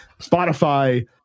Spotify